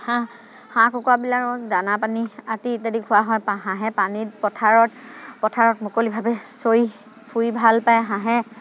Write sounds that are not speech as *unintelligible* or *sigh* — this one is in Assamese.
হাঁহ হাঁহ কুকুৰাবিলাকক দানা পানী *unintelligible* ইত্যাদি খোৱা হয় হাঁহে পানীত পথাৰত পথাৰত মুকলিভাৱে চৰি ফুৰি ভালপায় হাঁহে